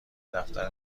دفتر